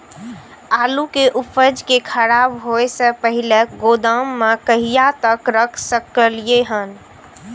आलु के उपज के खराब होय से पहिले गोदाम में कहिया तक रख सकलिये हन?